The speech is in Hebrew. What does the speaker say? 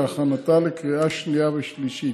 להכנתה לקריאה שנייה ושלישית.